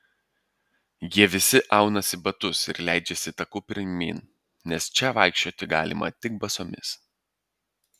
jie visi aunasi batus ir leidžiasi taku pirmyn nes čia vaikščioti galima tik basomis